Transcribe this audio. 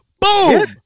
Boom